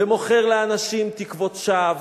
ומוכר לאנשים תקוות שווא,